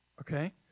Okay